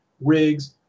Rigs